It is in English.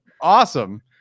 awesome